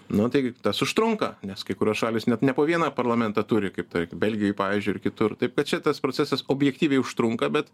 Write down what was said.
nu tai tas užtrunka nes kai kurios šalys net ne po vieną parlamentą turi kaip tarkim belgijoj pavyzdžiui ir kitur taip kad šitas procesas objektyviai užtrunka bet